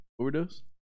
Overdose